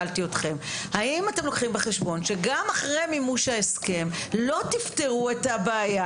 האם אתם לוקחים בחשבון שגם אחרי מימוש ההסכם לא תפתרו את הבעיה